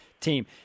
team